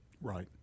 Right